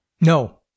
No